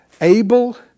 Abel